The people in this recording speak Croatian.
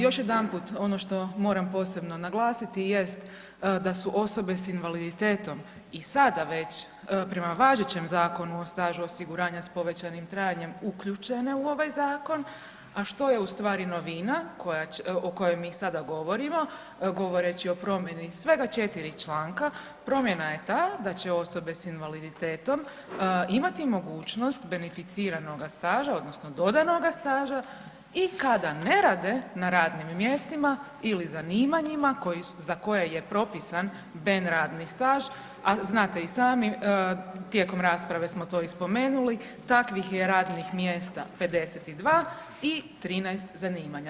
Još jedanput ono što moram posebno naglasiti jest da su osobe s invaliditetom i sada već prema važećem Zakonu o stažu osiguranja s povećanim trajanjem uključene u ovaj zakon, a što je ustvari novina koja će, o kojoj mi sada govorimo govoreći o promjeni svega 4 članka, promjena je ta da će osobe s invaliditetom imati mogućnost beneficiranoga staža, odnosno dodatnoga staža i kada ne rade na radnim mjestima ili zanimanjima koji su, za koje je propisan ben-radni staž, a znate i sami, tijekom rasprave smo to i spomenuli, takvih je radnih mjesta 52 i 13 zanimanja.